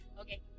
okay